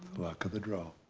luck of the draw.